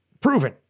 Proven